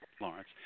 Lawrence